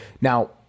Now